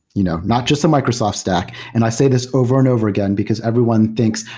you know not just the microsoft stack, and i say this over and over again, because everyone thinks,